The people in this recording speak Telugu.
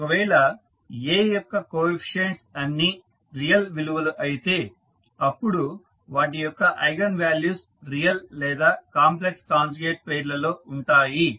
ఒకవేళ A యొక్క కోఎఫీసియంట్స్ అన్నీ రియల్ విలువలు అయితే అప్పుడు వాటి యొక్క ఐగన్ వాల్యూస్ రియల్ లేదా కాంప్లెక్స్ కాంజుగేట్ పెయిర్లలో ఉంటాయి